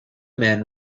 men